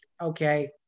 Okay